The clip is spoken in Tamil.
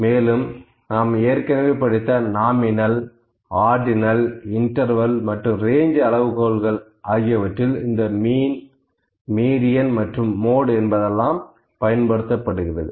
மேலும் ஏற்கனவே நாம் படித்த நாமினல் ஆர்டினல் இன்டர்வெல் மற்றும் ரேஞ்ச் அளவுகோல்கள் nominal ordinal interval and range scales ஆகியவற்றில் இந்த மீன் மீடியன் மற்றும் மோடு என்பதெல்லாம் பயன்படுத்தப்படுகிறது